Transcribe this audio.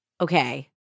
okay